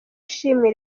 ishimwe